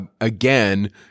again